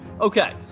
Okay